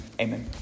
amen